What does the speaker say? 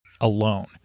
alone